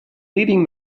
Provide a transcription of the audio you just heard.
leading